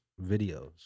videos